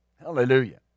hallelujah